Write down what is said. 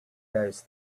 those